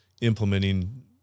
implementing